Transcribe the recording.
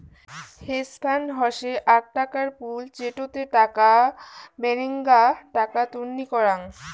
hedge fund হসে আক টাকার পুল যেটোতে টাকা বাডেনগ্না টাকা তন্নি করাং